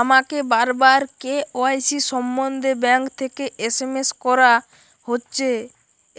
আমাকে বারবার কে.ওয়াই.সি সম্বন্ধে ব্যাংক থেকে এস.এম.এস করা হচ্ছে